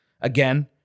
Again